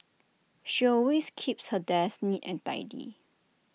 she always keeps her desk neat and tidy